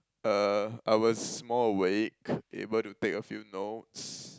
uh I was more awake able to take a few notes